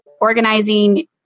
organizing